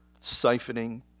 siphoning